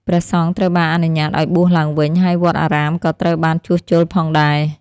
ព្រះសង្ឃត្រូវបានអនុញ្ញាតឱ្យបួសឡើងវិញ ហើយវត្តអារាមក៏ត្រូវបានជួសជុលផងដែរ។